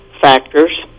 factors